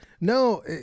No